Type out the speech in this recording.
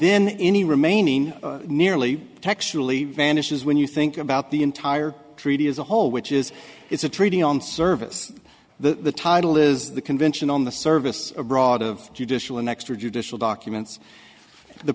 then any remaining nearly textually vanishes when you think about the entire treaty as a whole which is it's a treaty on service the title is the convention on the service abroad of judicial and extrajudicial documents the